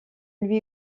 lui